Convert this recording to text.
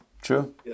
True